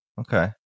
Okay